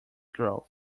growth